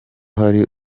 hari